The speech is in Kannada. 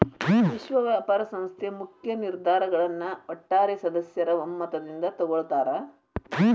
ವಿಶ್ವ ವ್ಯಾಪಾರ ಸಂಸ್ಥೆ ಮುಖ್ಯ ನಿರ್ಧಾರಗಳನ್ನ ಒಟ್ಟಾರೆ ಸದಸ್ಯರ ಒಮ್ಮತದಿಂದ ತೊಗೊಳ್ತಾರಾ